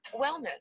wellness